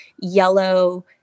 yellow